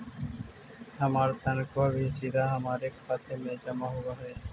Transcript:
हमार तनख्वा भी सीधा हमारे खाते में जमा होवअ हई